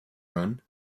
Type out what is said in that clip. run